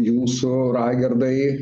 jūsų raigardai